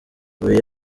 uyu